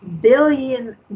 billion